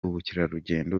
ubukerarugendo